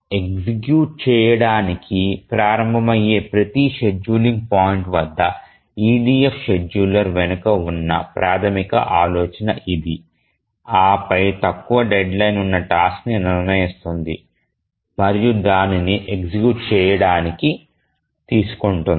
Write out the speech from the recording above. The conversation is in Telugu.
ఎగ్జిక్యూట్ చేయడానికి ప్రారంభమయ్యే ప్రతి షెడ్యూలింగ్ పాయింట్ వద్ద EDF షెడ్యూలర్ వెనుక ఉన్న ప్రాథమిక ఆలోచన ఇది ఆ పై తక్కువ డెడ్లైన్ ఉన్న టాస్క్ ని నిర్ణయిస్తుంది మరియు దానిని ఎగ్జిక్యూట్ చేయడానికి తీసుకుంటుంది